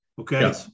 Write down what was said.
Okay